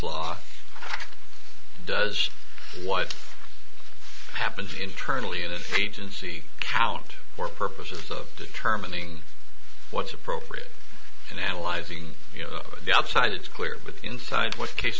law does what happened internally in the agency count for purposes of determining what's appropriate and analyzing you know the upside is clear with you inside what case